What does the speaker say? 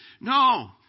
No